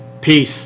Peace